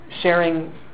sharing